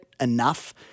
enough